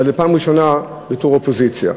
אבל זאת פעם ראשונה בתור אופוזיציה.